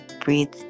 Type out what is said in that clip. breathe